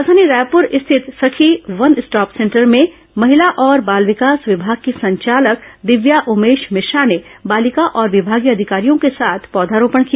राजधानी रायपुर स्थित Sakhi one stop centre में महिला और बाल विकास विभाग की संचालक दिव्या उमेश मिश्रा ने बालिका और विभागीय अधिकारियों के साथ पौधा रोपण किया